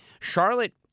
Charlotte